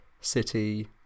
City